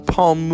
Paul